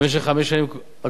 במשך חמש השנים הקרובות